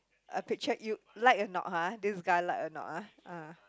a picture you like or not [huh] this guy like or not [huh] ah